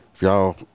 y'all